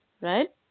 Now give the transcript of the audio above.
right